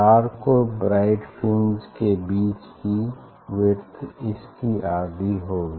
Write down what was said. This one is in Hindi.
डार्क और ब्राइट फ्रिंज के बीच की विड्थ इसकी आधी होगी